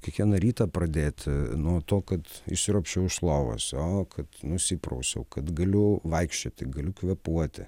kiekvieną rytą pradėti nuo to kad išsiropščiau iš lovos o kad nusiprausiau kad galiu vaikščioti galiu kvėpuoti